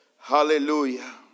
Hallelujah